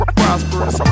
prosperous